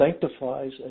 sanctifies